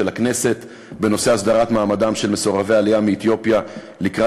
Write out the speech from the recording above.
הכנסת בנושא הסדרת מעמדם של מסורבי העלייה מאתיופיה לקראת